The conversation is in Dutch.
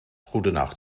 goedenacht